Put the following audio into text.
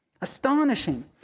Astonishing